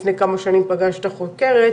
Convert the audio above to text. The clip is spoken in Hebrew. לפני כמה שנים פגשת את החוקרת,